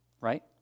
right